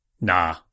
Nah